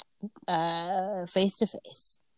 Face-to-face